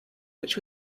which